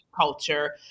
culture